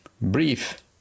brief